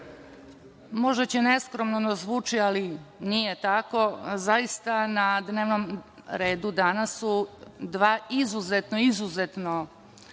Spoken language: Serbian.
možda će neskromno da zvuči, ali nije tako. Zaista na dnevnom redu danas su dva izuzetno, izuzetno